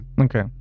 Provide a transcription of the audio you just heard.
Okay